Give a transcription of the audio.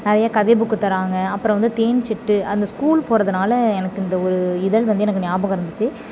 நிறையா கதை புக்கு தர்றாங்க அப்புறம் வந்து தேன்சிட்டு அந்த ஸ்கூல் போவதுனால எனக்கு இந்த ஒரு இதழ் வந்து எனக்கு ஞாபகம் இருந்திச்சு